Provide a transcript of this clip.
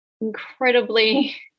incredibly